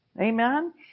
Amen